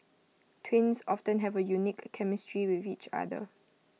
twins often have A unique chemistry with each other